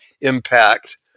impact